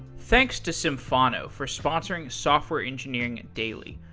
thanks to symphono for sponsoring software engineering daily.